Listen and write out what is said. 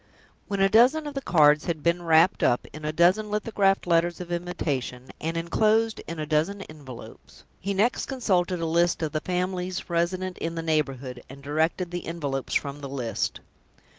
when a dozen of the cards had been wrapped up in a dozen lithographed letters of invitation, and inclosed in a dozen envelopes, he next consulted a list of the families resident in the neighborhood, and directed the envelopes from the list.